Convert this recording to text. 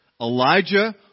Elijah